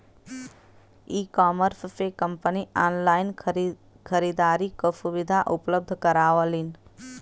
ecommerce से company online खरीदारी क सुविधा उपलब्ध करावलीन